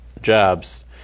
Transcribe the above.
jobs